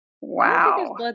Wow